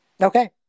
okay